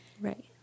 Right